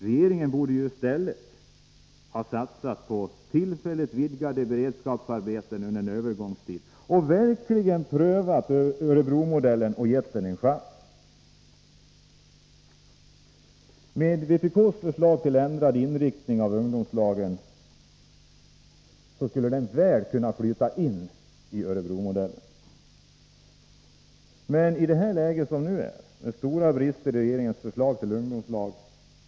Regeringen borde i stället under en övergångstid ha satsat på tillfälligt utvidgade beredskapsarbeten och verkligen prövat Örebromodellen och gett den en chans. Vpk:s förslag till ändrad inriktning av ungdomslagen kan väl flyta in i en Örebromodell. Men i det läge som nu råder ser vi mycket stora brister i regeringens förslag till ungdomslag.